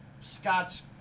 Scott's